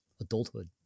adulthood